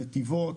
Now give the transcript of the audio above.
מנתיבות,